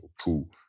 cool